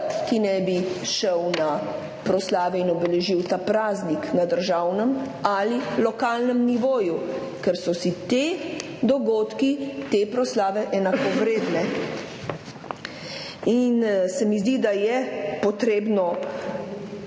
ki ne bi šel na proslave in obeležil tega praznika na državnem ali lokalnem nivoju, ker so si ti dogodki, te proslave enakovredni. Zdi se mi, da je potrebno